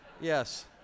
Yes